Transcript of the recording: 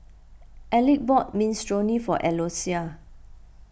Elick bought Minestrone for Eloisa